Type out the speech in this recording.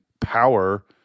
power